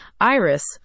Iris